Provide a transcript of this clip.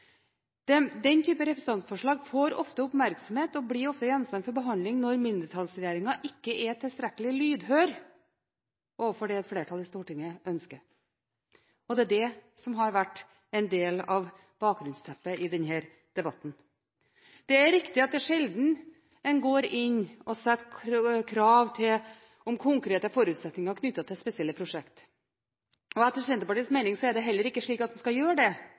Den typen representantforslag får ofte oppmerksomhet og blir ofte gjenstand for behandling når mindretallsregjeringer ikke er tilstrekkelig lydhøre overfor det et flertall i Stortinget ønsker, og det er det som har vært en del av bakgrunnsteppet i denne debatten. Det er riktig at det er sjelden en går inn og stiller krav om konkrete forutsetninger knyttet til spesielle prosjekter. Etter Senterpartiets mening er det heller ikke slik at en skal gjøre det